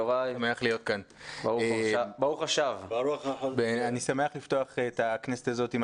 יוראי להב הרצנו (יש עתיד - תל"ם): שמח להיות כאן.